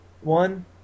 one